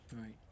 Right